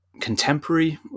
contemporary